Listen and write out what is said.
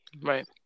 Right